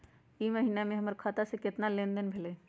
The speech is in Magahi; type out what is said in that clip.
ई महीना में हमर खाता से केतना लेनदेन भेलइ?